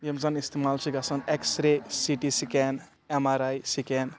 یِم زَن استعمال چھِ گژھان X-ray C T scan M R I scan